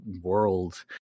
world